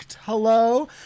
Hello